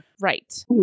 Right